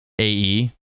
ae